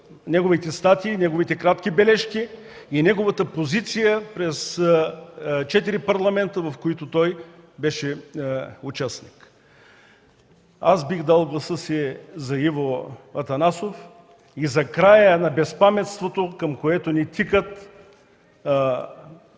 неговите статии, кратки бележки и позиция през четирите парламента, в които той беше участник. Аз бих дал гласа си за Иво Атанасов и за края на безпаметството, към което ни тикат